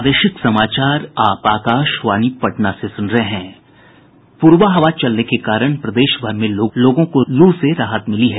प्रबा हवा चलने के कारण प्रदेश भर में लोगों को लू से राहत मिली है